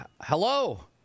hello